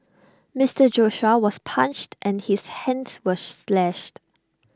Mister Joshua was punched and his hands were slashed